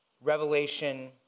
Revelation